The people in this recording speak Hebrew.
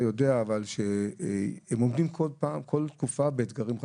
יודע שהם עומדים כל תקופה באתגרים חדשים.